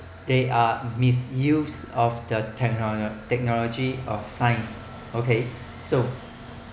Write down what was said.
they misuse of the techno~ technology of science okay so